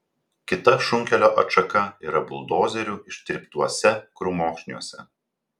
kita šunkelio atšaka yra buldozerių ištryptuose krūmokšniuose